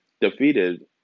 defeated